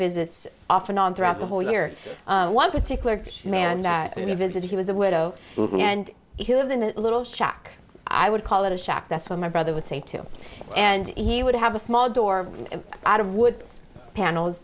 visits off and on throughout the whole year one particular man visit he was a widow and he lived in a little shack i would call it a shack that's where my brother would say to and he would have a small door out of wood panels